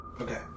Okay